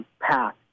path